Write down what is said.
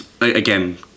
Again